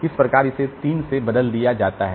इस प्रकार इसे 3 से बदल दिया जाता है